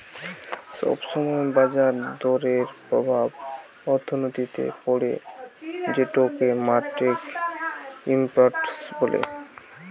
সব সময় বাজার দরের প্রভাব অর্থনীতিতে পড়ে যেটোকে মার্কেট ইমপ্যাক্ট বলে